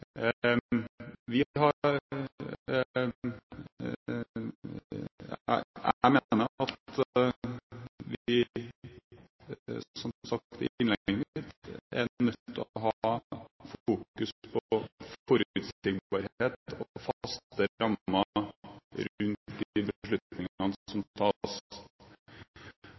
vi har forpliktet oss til. Jeg mener at vi – som sagt i innlegget mitt – er nødt til å ha fokus på forutsigbarhet og faste rammer rundt de beslutningene som tas.